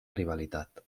rivalitat